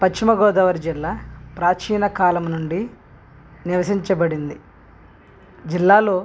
పశ్చిమగోదావరి జిల్లా ప్రాచీన కాలం నుండి నివసించబడింది జిల్లాలో